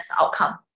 outcome